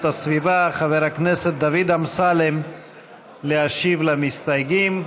הסביבה חבר הכנסת דוד אמסלם להשיב למסתייגים.